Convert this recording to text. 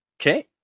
Okay